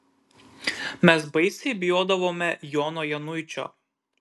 mes baisiai bijodavome jono januičio